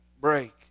break